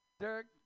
Derek